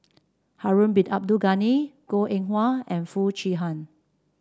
Harun Bin Abdul Ghani Goh Eng Wah and Foo Chee Han